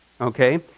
Okay